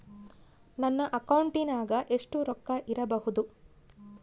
ನನ್ನ ಅಕೌಂಟಿನಾಗ ಎಷ್ಟು ರೊಕ್ಕ ಇಡಬಹುದು?